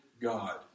God